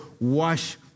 wash